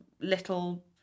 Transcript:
little